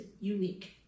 unique